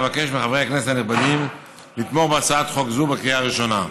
אבקש מחברי הכנסת הנכבדים לתמוך בהצעת חוק זו בקריאה הראשונה.